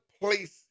place